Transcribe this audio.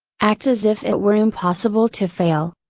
act as if it were impossible to fail.